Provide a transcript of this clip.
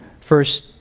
First